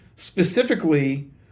specifically